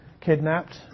kidnapped